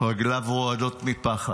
רגליו רועדות מפחד,